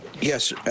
Yes